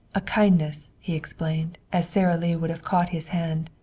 a kindness, he explained, as sara lee would have caught his hand.